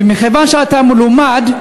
ומכיוון שאתה מלומד,